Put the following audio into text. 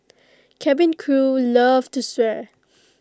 cabin crew love to swear